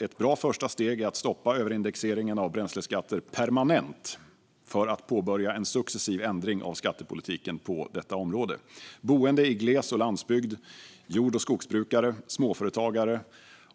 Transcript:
Ett bra första steg är att stoppa överindexeringen av bränsleskatter permanent för att påbörja en successiv ändring av skattepolitiken på detta område. Boende i gles och landsbygd, jord och skogsbrukare, småföretagare